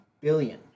billion